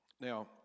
Now